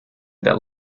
that